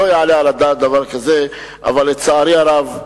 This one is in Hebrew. לא יעלה על הדעת דבר כזה, אבל לצערי הרב,